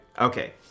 Okay